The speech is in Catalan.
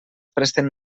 presten